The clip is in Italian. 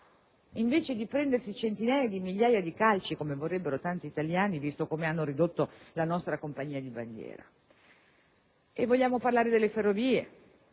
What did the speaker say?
invece di prendersi centinaia di migliaia di calci, come vorrebbero tanti italiani, visto come hanno ridotto la nostra compagnia di bandiera? Vogliamo parlare delle ferrovie?